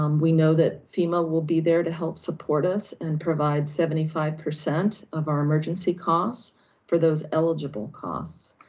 um we know that fema will be there to help support us and provide seventy five percent of our emergency costs for those eligible costs.